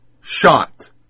Shot